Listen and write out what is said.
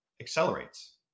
accelerates